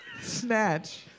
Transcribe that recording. Snatch